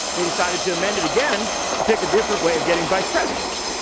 they decided to amend it again to pick a different way of getting vice presidents.